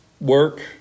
work